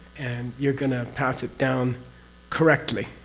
and you're going to pass it down correctly.